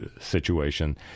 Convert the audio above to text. situation